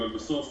אבל בסוף